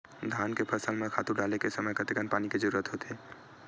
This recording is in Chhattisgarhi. धान के फसल म खातु डाले के समय कतेकन पानी के जरूरत होथे?